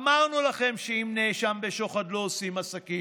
אמרנו לכם שעם נאשם בשוחד לא עושים עסקים,